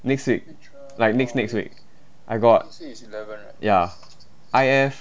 next week like next next week I got ya I_F